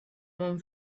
mon